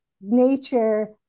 nature